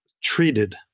treated